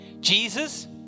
Jesus